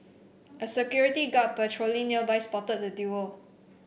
a security guard patrolling nearby spotted the duo